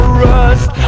rust